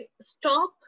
stop